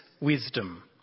wisdom